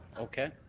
okay.